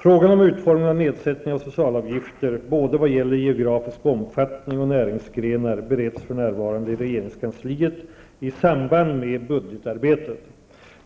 Frågan om utformningen av nedsättning av socialavgifter -- både vad gäller geografisk omfattning och näringsgrenar -- bereds för närvarande i regeringskansliet i samband med budgetarbetet.